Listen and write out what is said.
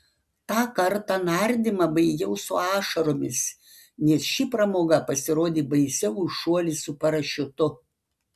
tą kartą nardymą baigiau su ašaromis nes ši pramoga pasirodė baisiau už šuolį su parašiutu